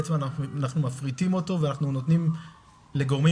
אנחנו בעצם מפריטים אותו ונותנים לגורמים